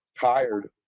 tired